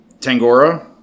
Tangora